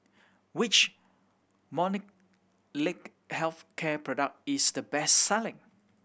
which Molnylcke Health Care product is the best selling